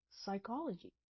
psychology